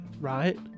right